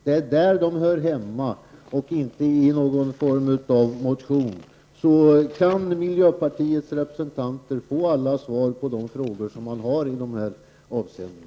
Det är där de hör hemma och inte i någon form av motion. Då kan miljöpartiets representanter få svar på alla de frågor som man har i dessa avseenden.